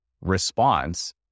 response